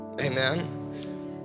amen